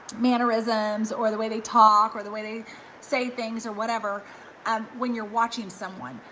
mannerisms or the way they talk or the way they say things or whatever um when you're watching someone.